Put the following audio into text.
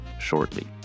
shortly